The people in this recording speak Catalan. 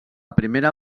primera